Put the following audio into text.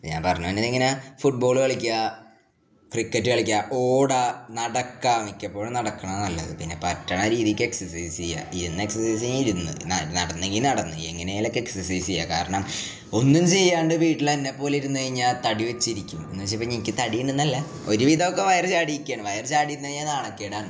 ഞാൻ പറഞ്ഞു വന്നത് ഇങ്ങനെ ഫുട്ബോള് കളിക്കുക ക്രിക്കറ്റ് കളിക്കുക ഓടുക നടക്കാം മിക്കപ്പോഴും നടക്കുന്നത് നല്ലത് പിന്നെ പറ്റുന്ന രീതിയ്ക്ക് എക്സർസൈസ് ചെയ്യുക ഇന്ന് എക്സർസൈസ് കഴിഞ്ഞാൽ ഇരുന്ന് നടന്നെങ്കിൽ നടന്ന് എങ്ങനേലും ഒക്കെ എക്സർസൈസ് ചെയ്യാം കാരണം ഒന്നും ചെയ്യാണ്ട് വീട്ടിൽ എന്നെ പോലെ ഇരുന്ന് കഴിഞ്ഞാൽ തടി വെച്ചിരിക്കും എന്ന് വെച്ച് അപ്പം എനിക്ക് തടി ഉണ്ടെന്നല്ല ഒരുവിധം ഒക്കെ വയറ് ചാടിയിരിക്കയാണ് വയറ് ചാടി വന്ന് കഴിഞ്ഞാൽ നാണക്കേടാണ്